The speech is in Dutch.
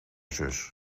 zus